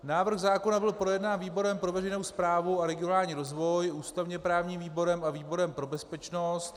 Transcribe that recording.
Návrh zákona byl projednán výborem pro veřejnou správu a regionální rozvoj, ústavněprávním výborem a výborem pro bezpečnost.